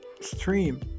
stream